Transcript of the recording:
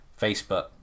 Facebook